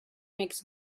makes